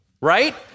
right